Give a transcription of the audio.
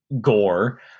gore